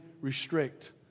restrict